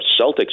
Celtics